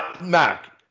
Mac